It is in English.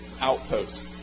outposts